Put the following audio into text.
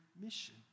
mission